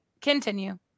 continue